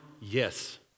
Yes